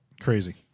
crazy